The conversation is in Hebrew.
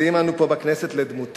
מצדיעים אנו פה בכנסת לדמותו.